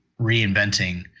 reinventing